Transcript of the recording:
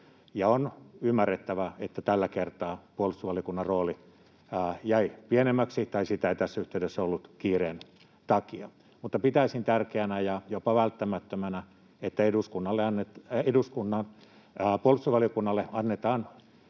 On ymmärrettävää, että tällä kertaa puolustusvaliokunnan rooli jäi pienemmäksi, tai sitä ei tässä yhteydessä ollut, kiireen takia. Mutta pitäisin tärkeänä ja jopa välttämättömänä, että puolustusvaliokunnalle annetaan